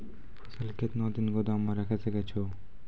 फसल केतना दिन गोदाम मे राखै सकै छौ?